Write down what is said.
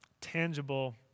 tangible